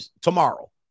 Tomorrow